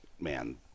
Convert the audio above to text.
man